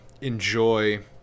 enjoy